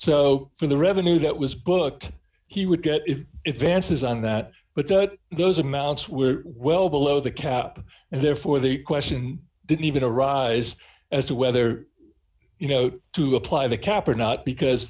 so for the revenue that was booked he would get it if vance's on that but those amounts were well below the cap and therefore the question didn't even a rise as to whether you know to apply the cap or not because